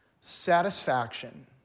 satisfaction